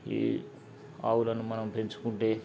ఈ ఆవులను మనం పెంచుకుంటే